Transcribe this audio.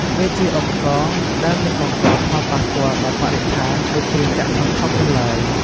វាជាឧបករណ៍ដែលមិនបង្កផលប៉ះពាល់ដល់បរិស្ថានដូចគ្រឿងចក្រធំៗនោះឡើយ។